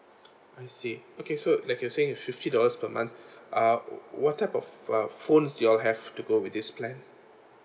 I see okay so like you say fifty dollars per month uh wh~ what type of uh phones do you all have to go with this plan